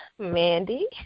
Mandy